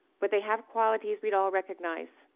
but they have qualities we'd all recognize.